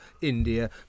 India